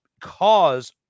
cause